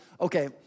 okay